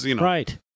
Right